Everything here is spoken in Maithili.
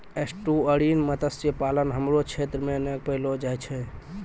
एस्टुअरिन मत्स्य पालन हमरो क्षेत्र मे नै पैलो जाय छै